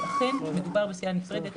ואכן מדובר בסיעה נפרדת.